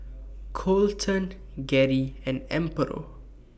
Coleton Gerri and Amparo